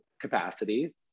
capacity